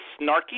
snarky